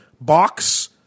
box